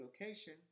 location